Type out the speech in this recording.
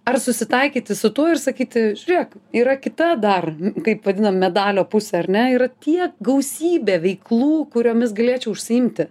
ar susitaikyti su tuo ir sakyti žiūrėk yra kita dar kaip vadinam medalio pusė ar ne yra tiek gausybė veiklų kuriomis galėčiau užsiimti